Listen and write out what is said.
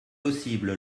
possible